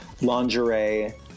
lingerie